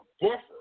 buffer